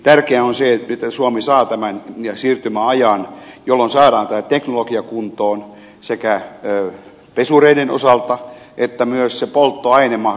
tärkeää on se että nythän suomi saa tämän siirtymäajan jolloin saadaan tämä teknologia kuntoon pesureiden osalta ja myös se polttoaine mahdollisesti saataisiin